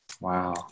wow